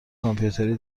کامپیوتری